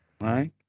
Right